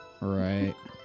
Right